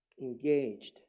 engaged